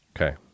okay